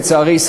לצערי,